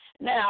Now